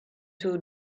too